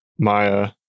Maya